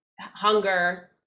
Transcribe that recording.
hunger